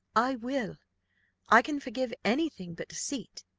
i will i can forgive any thing but deceit.